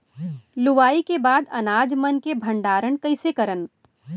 लुवाई के बाद अनाज मन के भंडारण कईसे करन?